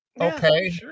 Okay